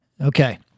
Okay